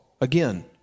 Again